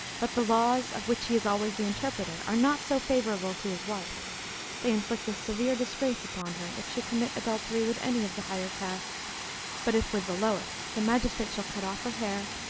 but the laws, of which he is always the interpreter, are not so favorable to his wife they inflict a severe disgrace upon her, if she commit adultery with any of the higher casts but if with the lowest, the magistrate shall cut off her hair,